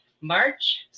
March